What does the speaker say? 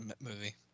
movie